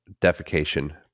defecation